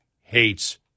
hates